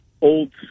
old